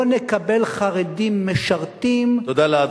לא נקבל חרדים משרתים, תודה לאדוני.